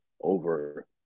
over